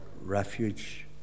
refuge